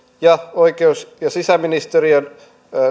ja oikeus ja sisäministeriön